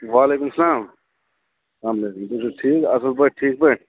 وعلیکُم سلام سلام علیکُم تُہۍ چھُو ٹھیٖک اَصٕل پٲٹھۍ ٹھیٖک پٲٹھۍ